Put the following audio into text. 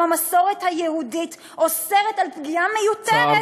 גם המסורת היהודית אוסרת פגיעה מיותרת,